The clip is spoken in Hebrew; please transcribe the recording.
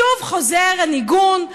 שוב חוזר הניגון.